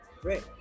great